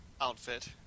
outfit